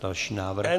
Další návrh.